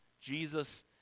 Jesus